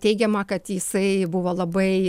teigiama kad jisai buvo labai